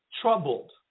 troubled